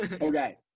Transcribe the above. okay